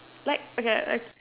like okay